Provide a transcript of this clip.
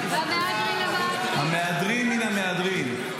המהדרין מן המהדרין.